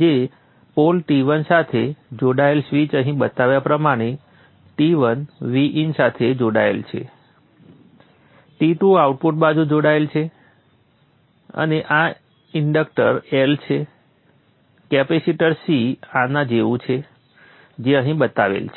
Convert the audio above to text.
જે pole T1 સાથે જોડાયેલ સ્વિચ અહીં બતાવ્યા પ્રમાણે T1 Vin સાથે જોડાયેલ છે T2 આઉટપુટ બાજુ જોડાયેલ છે અને આ ઇન્ડક્ટર L છે કેપેસિટર C આના જેવું છે જે અહી બતાવેલ છે